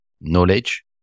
knowledge